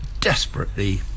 desperately